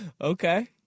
Okay